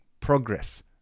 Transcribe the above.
progress